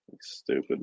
stupid